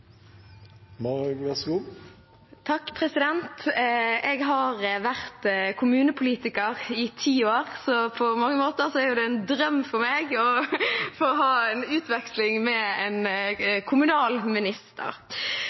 Jeg har vært kommunepolitiker i ti år, så på mange måter er det en drøm for meg å få ha en utveksling med en